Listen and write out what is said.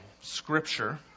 Scripture